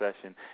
session